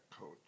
coach